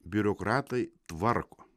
biurokratai tvarko